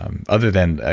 um other than ah